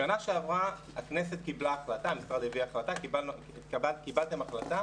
בשנה שעברה המשרד הביא החלטה וקיבלתם החלטה